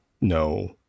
No